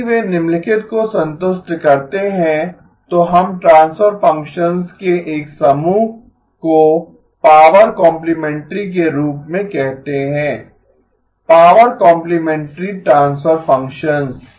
यदि वे निम्नलिखित को संतुष्ट करते हैं तो हम ट्रांसफर फ़ंक्शंस के एक समूह को पॉवर कॉम्प्लिमेंटरी के रूप में कहते हैं पॉवर कॉम्प्लिमेंटरी ट्रांसफर फ़ंक्शंस